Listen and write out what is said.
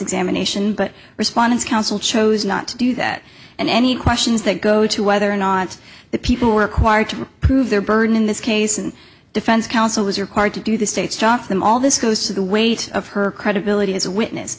examination but respondants counsel chose not to do that and any questions that go to whether or not the people were acquired to prove their burden in this case and defense counsel was required to do the state's jotham all this goes to the weight of her credibility as a witness